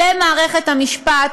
למערכת המשפט: